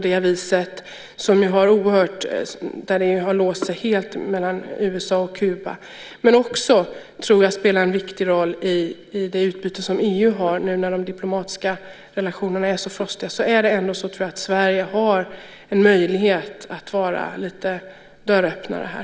Det har ju låst sig helt mellan USA och Kuba. Jag tror också att vi kan spela en viktig roll i det utbyte som EU har nu när de diplomatiska relationerna är så frostiga. Då tror jag ändå att Sverige har en möjlighet att vara lite av en dörröppnare här.